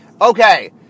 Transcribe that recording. Okay